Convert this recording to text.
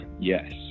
yes